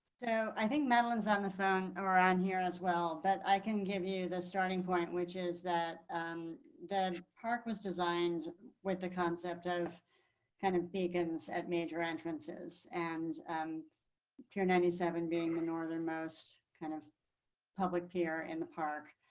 yeah i think madeline's on the phone and or on here as well. but i can give you the starting point, which is that um the park was designed with the concept of kind of vegans at major entrances and and pure ninety seven being the northernmost kind of public pier in the park.